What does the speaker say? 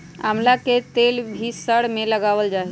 आमला के तेल भी सर में लगावल जा हई